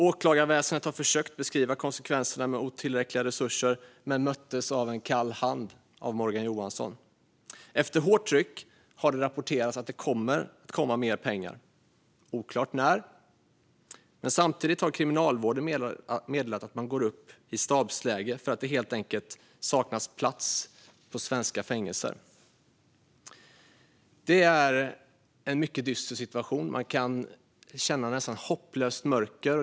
Åklagarväsendet har försökt beskriva konsekvenserna med otillräckliga resurser men har mötts med kall hand av Morgan Johansson. Efter hårt tryck har det rapporterats att det kommer mer pengar, men det är oklart när. Samtidigt har Kriminalvården meddelat att man går upp i stabsläge för att det helt enkelt saknas plats på svenska fängelser. Det är en mycket dyster situation. Man kan känna ett nästan hopplöst mörker.